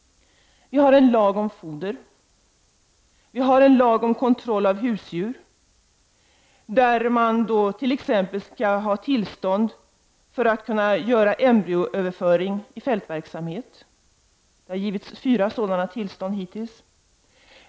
Vi har en lag om foder. Vi har en lag om kontroll av husdjur, enligt vilken det t.ex. krävs tillstånd för att göra embryoöverföring i fältverksamhet. Det har hittills givits fyra sådana tillstånd.